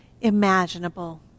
imaginable